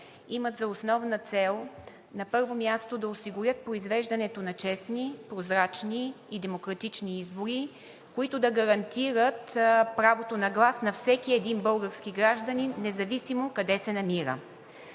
имат за основна цел, на първо място, да осигурят произвеждането на честни, прозрачни и демократични избори, които да гарантират правото на глас на всеки един български гражданин независимо къде се намира.